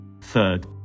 Third